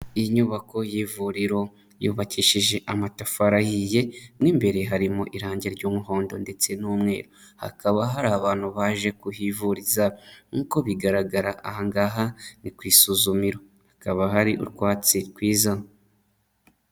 Inyubako y'ivuriro yubakishije amatafari ahiye, mo imbere harimo irangi ry'umuhondo ndetse n'umweru. Hakaba hari abantu baje kuhivuriza. Nk'uko bigaragara aha ngaha ni ku isuzumiro. Hakaba hari utwatsi twiza.